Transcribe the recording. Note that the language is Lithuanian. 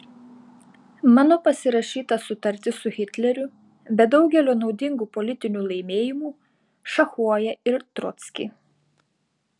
mano pasirašyta sutartis su hitleriu be daugelio naudingų politinių laimėjimų šachuoja ir trockį